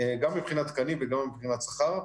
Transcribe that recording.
גם מבחינת תקנים וגם מבחינת שכר,